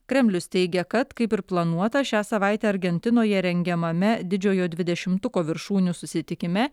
kremlius teigia kad kaip ir planuota šią savaitę argentinoje rengiamame didžiojo dvidešimtuko viršūnių susitikime